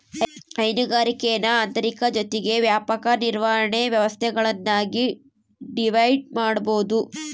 ಹೈನುಗಾರಿಕೇನ ಆಂತರಿಕ ಜೊತಿಗೆ ವ್ಯಾಪಕ ನಿರ್ವಹಣೆ ವ್ಯವಸ್ಥೆಗುಳ್ನಾಗಿ ಡಿವೈಡ್ ಮಾಡ್ಬೋದು